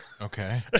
Okay